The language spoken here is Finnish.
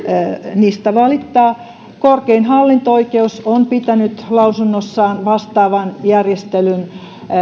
niistä valittaa korkein hallinto oikeus on pitänyt lausunnossaan vastaavan järjestelyn